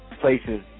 Places